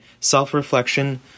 Self-reflection